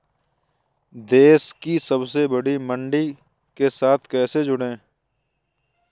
देश की सबसे बड़ी मंडी के साथ कैसे जुड़ें?